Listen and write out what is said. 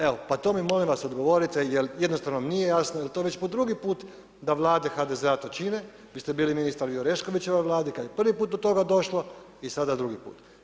Evo pa to mi molim vas ogovorite jer jednostavno nije jasno jer to već po drugi put da Vlade HDZ-a to čine, vi ste bili ministar i u Oreškovićevoj Vladi kad je prvi puta do toga došlo i sada drugi put.